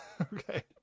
Okay